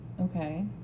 Okay